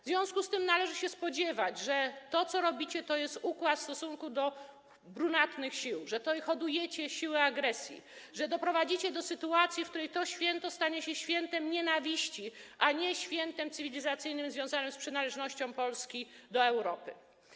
W związku z tym należy się spodziewać, że to, co robicie, to jest ukłon w stosunku do brunatnych sił, że hodujecie siłę agresji, że doprowadzicie do sytuacji, w której to święto stanie się świętem nienawiści, a nie świętem cywilizacyjnym związanym z przynależnością Polski do Europy.